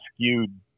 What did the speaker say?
skewed